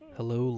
Hello